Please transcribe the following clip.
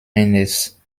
eines